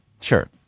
Sure